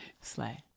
slay